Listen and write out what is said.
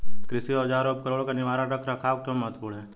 कृषि औजारों और उपकरणों का निवारक रख रखाव क्यों महत्वपूर्ण है?